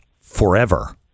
forever